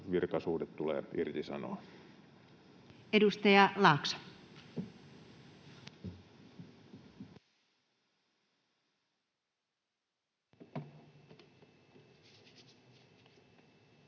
virkasuhde tulee irtisanoa. Edustaja Laakso.